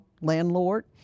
landlord